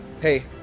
hey